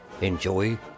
Enjoy